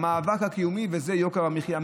והמאבק הקיומי זה יוקר המחיה.